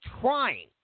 trying